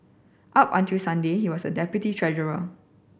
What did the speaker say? up until Sunday he was deputy treasurer